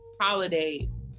holidays